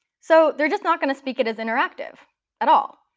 so they're just not going to speak it as interactive at all.